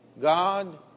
God